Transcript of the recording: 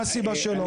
מה הסיבה שלא?